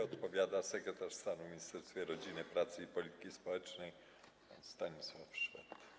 Odpowiada sekretarz stanu w Ministerstwie Rodziny, Pracy i Polityki Społecznej pan Stanisław Szwed.